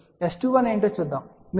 S21 ఏమిటో చూద్దాం మీరు S21 0